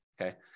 okay